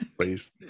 please